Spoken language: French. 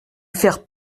faire